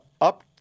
up